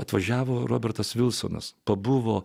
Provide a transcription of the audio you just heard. atvažiavo robertas vilsonas pabuvo